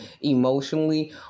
emotionally